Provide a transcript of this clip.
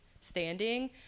standing